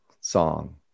song